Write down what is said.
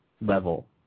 level